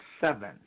seven